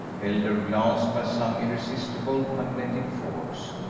held her glance by some irresistible, magnetic force,